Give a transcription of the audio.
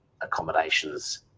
accommodations